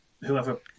whoever